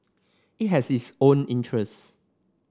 it has its own interests